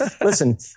listen